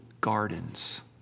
gardens